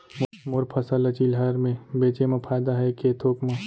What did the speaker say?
मोर फसल ल चिल्हर में बेचे म फायदा है के थोक म?